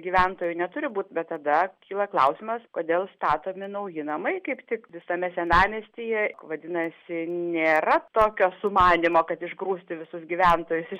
gyventojų neturi būt bet tada kyla klausimas kodėl statomi nauji namai kaip tik visame senamiestyje vadinasi nėra tokio sumanymo kad išgrūsti visus gyventojus iš